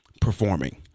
performing